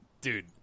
Dude